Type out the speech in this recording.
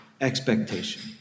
expectation